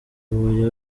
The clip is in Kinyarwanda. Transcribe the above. huye